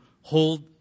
hold